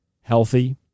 healthy